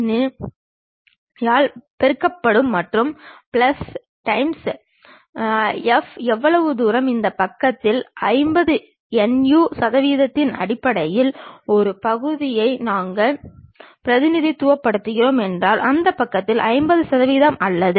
a' b' அல்லது a' என்ற ஒரு குறியீடு முன்பக்க தோற்றத்தை குறிக்கிறது ஒருவேளை அதில் அந்த கோடு இல்லை என்றால் அது மேல் பக்க தோற்றத்தைக் குறிக்கும்